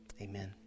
Amen